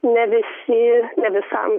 ne visi ne visam